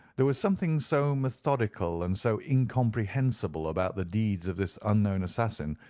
there was something so methodical and so incomprehensible about the deeds of this unknown assassin,